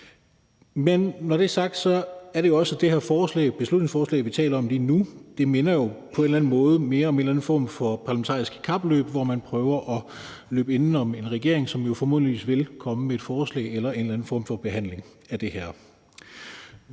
Men når det er sagt, minder det her beslutningsforslag, vi taler om lige nu, jo på en eller anden måde mere om en eller anden form for parlamentarisk kapløb, hvor man prøver at løbe inden om en regering, som formodentlig vil komme med et forslag eller en eller anden form for behandling af det her.